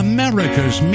America's